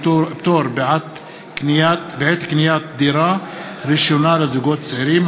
פטור בעת קניית דירה ראשונה לזוגות צעירים),